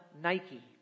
Nike